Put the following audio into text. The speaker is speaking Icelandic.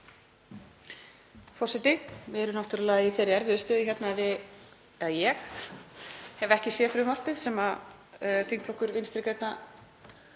Forseti. Ég er náttúrlega í þeirri erfiðu stöðu hérna að ég hef ekki séð frumvarpið sem þingflokkur Vinstri grænna